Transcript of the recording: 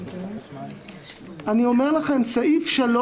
סעיף (3)